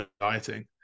dieting